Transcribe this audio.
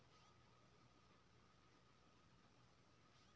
Net banking से पैसा भेज सके सामत होते सर?